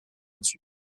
its